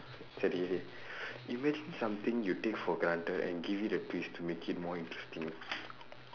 சரி:sari imagine something you take for granted and give it a twist to make it more interesting